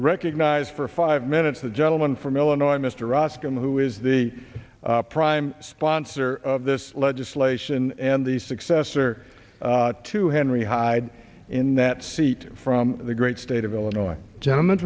recognize for five minutes the gentleman from illinois mr ruskin who is the prime sponsor of this legislation and the successor to henry hyde in that seat from the great state of illinois gentleman